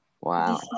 Wow